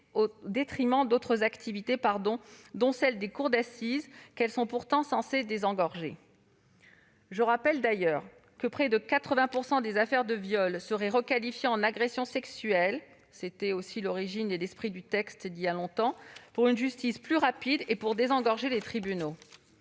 au détriment d'autres activités, dont celles des cours d'assises qu'elles sont pourtant censées désengorger. Je rappelle d'ailleurs que près de 80 % des affaires de viol seraient requalifiées en « agressions sexuelles »- c'était l'esprit d'un texte ancien -pour rendre la justice plus rapide et désengorger les tribunaux.